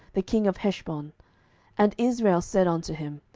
the king of heshbon and israel said unto him,